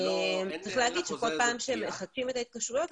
צריך להגיד שכל פעם שמחדשים את ההתקשרויות,